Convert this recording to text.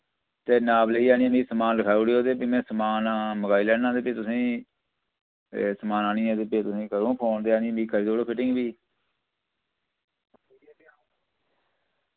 ते नाप लेइयै आह्नियै मि समान लखाऊड़यो ते फ्ही मैं समान मगाई लैना ते फ्ही तुसें ए समान आह्नियै ते फ्ही तुसें करुंग फोन ते आह्नियै मि करी देऊड़यो फिटिंग फ्ही